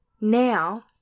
now